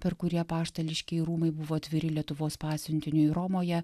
per kurį apaštališkieji rūmai buvo atviri lietuvos pasiuntiniui romoje